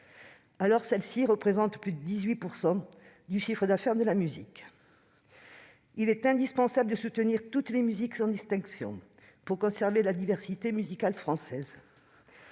alors qu'elles représentent près de 18 % du chiffre d'affaires de la musique. Il est indispensable de soutenir toutes les musiques sans distinction pour conserver la diversité musicale française.